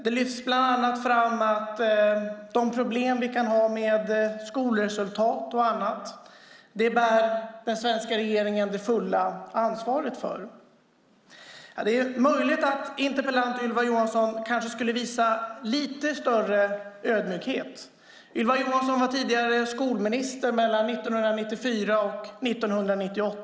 Det lyfts bland annat fram att den svenska regeringen bär det fulla ansvaret för de problem vi kan ha med skolresultat och annat. Det är möjligt att interpellanten Ylva Johansson kanske skulle visa lite större ödmjukhet. Ylva Johansson var tidigare skolminister, mellan 1994 och 1998.